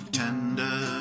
tender